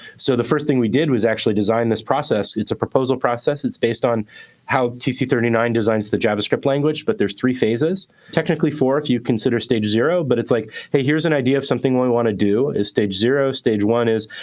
so the first thing we did was actually design this process. it's a proposal process. it's based on how t c three nine designs the javascript language. but there's three phases technically four, if you consider stage zero. but it's like, hey, here's an idea of something we want to do is stage zero. stage one is,